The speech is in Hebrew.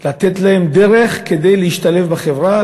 לתת להם דרך כדי להשתלב בחברה,